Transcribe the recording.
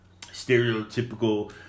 Stereotypical